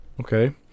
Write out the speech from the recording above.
okay